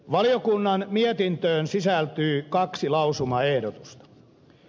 valiokunnan mietintöön sisältyy kaksi lausumaehdotusta